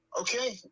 Okay